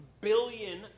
billion